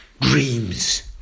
dreams